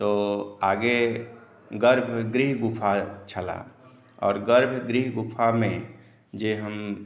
तऽ आगे गर्भगृह गुफा छलाह आओर गर्भगृह गुफामे जे हम